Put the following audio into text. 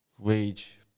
wage